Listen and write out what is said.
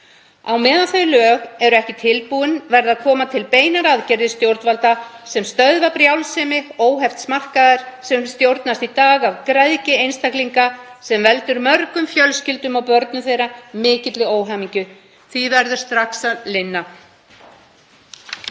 Á meðan þau lög eru ekki tilbúin verða að koma til beinar aðgerðir stjórnvalda sem stöðva brjálsemi óhefts markaðar sem stjórnast í dag af græðgi einstaklinga, sem veldur mörgum fjölskyldum og börnum þeirra mikilli óhamingju. Því verður strax að linna.